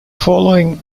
following